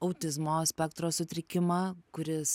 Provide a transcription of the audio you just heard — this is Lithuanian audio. autizmo spektro sutrikimą kuris